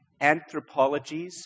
anthropologies